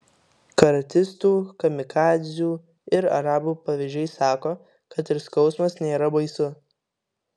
karatistų kamikadzių ir arabų pavyzdžiai sako kad ir skausmas nėra baisu